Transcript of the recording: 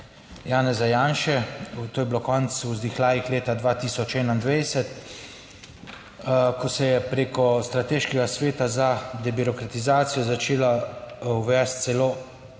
Janeza Janše, to je bilo konec v vzdihljajih leta 2021, ko se je preko strateškega sveta za debirokratizacijo začela uvesti celo